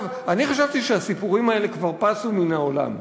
אני חשבתי שהסיפורים האלה כבר פסו מן העולם,